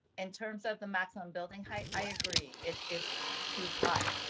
in terms of the maximum building height. i agree. it is too high.